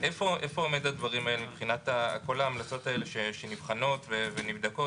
איפה עומדים הדברים האלה מבחינת כל ההמלצות האלה שנבחנות ונבדקות?